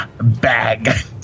bag